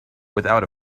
without